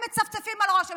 הם מצפצפים על ראש הממשלה.